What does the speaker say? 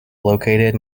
located